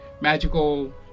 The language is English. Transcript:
magical